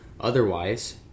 otherwise